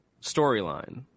storyline